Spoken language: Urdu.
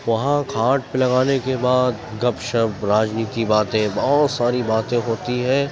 وہاں کھاٹ لگانے کے بعد گپ شپ راجنیتی باتیں بہت ساری باتیں ہوتی ہیں